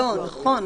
נכון,